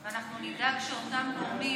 אנחנו נדאג שאותם גורמים,